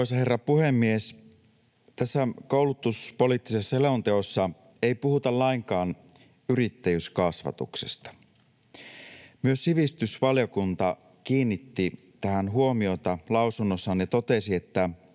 Arvoisa herra puhemies! Tässä koulutuspoliittisessa selonteossa ei puhuta lainkaan yrittäjyyskasvatuksesta. Myös sivistysvaliokunta kiinnitti tähän huomiota lausunnossaan ja totesi, että